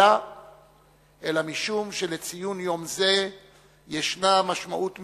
אלא משום שלציון יום זה יש משמעות מיוחדת,